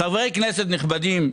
חברי כנסת נכבדים,